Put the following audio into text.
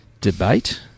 debate